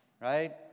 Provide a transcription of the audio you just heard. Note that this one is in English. right